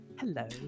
Hello